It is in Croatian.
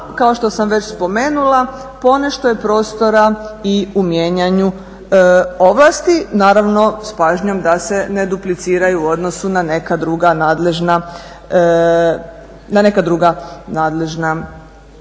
kao što sam već spomenula ponešto je prostora i u mijenjanju ovlasti, naravno s pažnjom da se ne dupliciraju u odnosu na neka druga nadležna tijela.